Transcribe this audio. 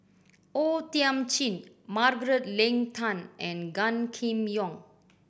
O Thiam Chin Margaret Leng Tan and Gan Kim Yong